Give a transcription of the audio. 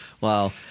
Wow